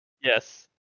Yes